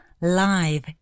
live